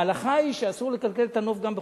ההלכה היא שאסור לקלקל את הנוף גם בחוץ-לארץ.